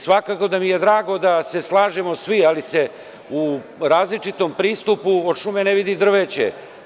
Svakako da mi je drago da se slažemo svi, ali se u različitom pristupu od šume ne vidi drveće.